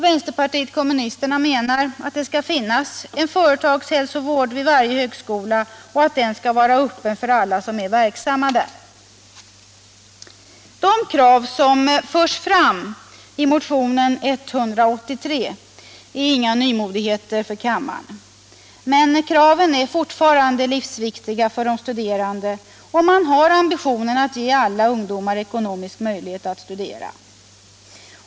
Vänsterpartiet kommunisterna menar att det skall finnas en företagshälsovård vid varje högskola och att den skall vara öppen för alla som är verksamma där. De krav som förts fram i motion 183 är inga nymodigheter för kammaren, men kraven är fortfarande livsviktiga för de studerande om man har ambitionen att ge alla ungdomar ekonomisk möjlighet att studera.